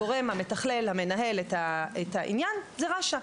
הגורם המתכלל המנהל את העניין זה רש"א.